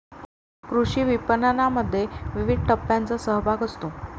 कृषी विपणनामध्ये विविध टप्प्यांचा सहभाग असतो